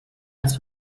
als